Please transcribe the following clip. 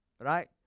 right